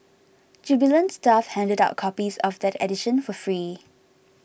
jubilant staff handed out copies of that edition for free